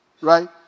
right